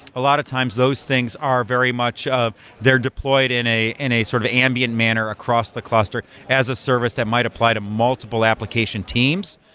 a lot of times those things are very much they're deployed in a in a sort of ambient manner across the cluster as a service that might apply to multiple application teams.